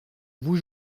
vous